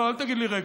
לא, אל תגיד לי רגע.